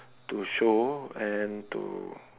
to show and to